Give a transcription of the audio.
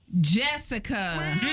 Jessica